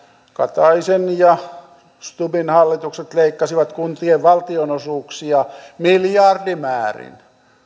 kataisen ja stubbin hallitukset leikkasivat kuntien valtionosuuksia miljardimäärin